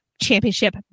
championship